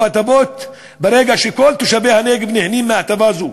הטבות ברגע שכל תושבי הנגב נהנים מהטבה זו.